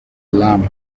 lamb